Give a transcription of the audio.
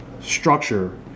structure